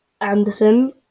Anderson